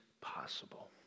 possible